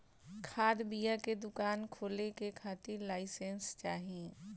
खाद बिया के दुकान खोले के खातिर लाइसेंस चाही